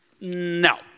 No